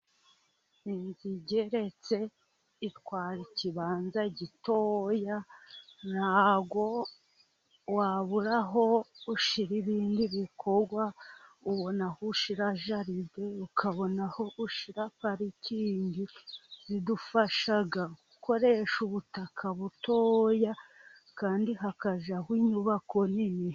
Inzu igetse itwara ikibanza gitoya ntabwo wabura aho ushyira ibindi bikorwa ubona aho ashyira jaride, ukabona aho gushyira parikingi. Zidufasha gukoresha ubutaka butoya kandi hakajyaho inyubako nini.